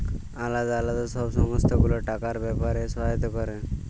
আলদা আলদা সব সংস্থা গুলা টাকার ব্যাপারে সহায়তা ক্যরে